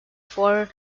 for